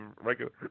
regular